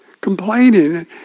complaining